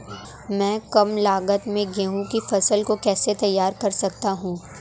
मैं कम लागत में गेहूँ की फसल को कैसे तैयार कर सकता हूँ?